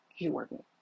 jordan